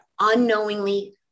unknowingly